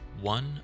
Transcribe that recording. One